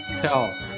Tell